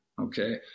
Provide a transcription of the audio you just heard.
okay